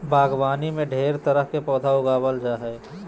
बागवानी में ढेर तरह के पौधा उगावल जा जा हइ